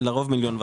לרוב מיליון וחצי.